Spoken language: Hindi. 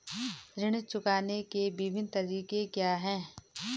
ऋण चुकाने के विभिन्न तरीके क्या हैं?